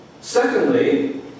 Secondly